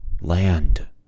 land